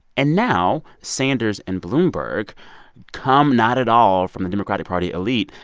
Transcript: and now sanders and bloomberg come not at all from the democratic party elite.